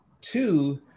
Two